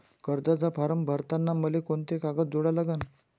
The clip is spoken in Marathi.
कर्जाचा फारम भरताना मले कोंते कागद जोडा लागन?